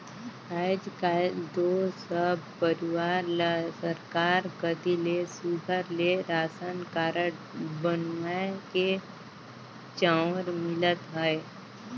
आएज काएल दो सब परिवार ल सरकार कती ले सुग्घर ले रासन कारड बनुवाए के चाँउर मिलत अहे